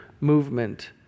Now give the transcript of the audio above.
movement